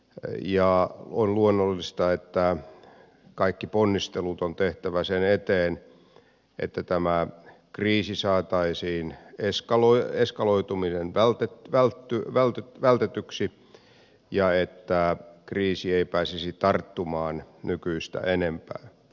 ja on luonnollista että kaikki ponnistelut on tehtävä sen eteen että tämän kriisin eskaloituminen saataisiin vältetyksi ja että kriisi ei pääsisi tarttumaan nykyistä enempää